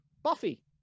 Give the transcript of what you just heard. Buffy